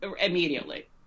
immediately